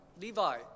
Levi